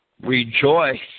Rejoice